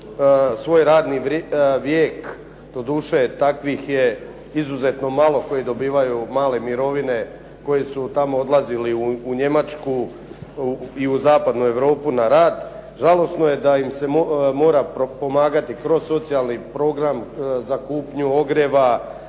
svoj radni vijek, doduše takvih je izuzetno malo koji dobivaju male mirovine, koji su tamo odlazili u Njemačku i u Zapadnu Europu na rad. Žalosno je da im se mora pomagati kroz socijalni program za kupnju ogrijeva,